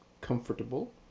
comfortable